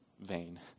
vain